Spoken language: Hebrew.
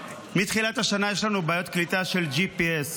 מתחילת השנה יש לנו בעיות קליטה של GPS,